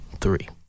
three